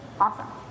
Awesome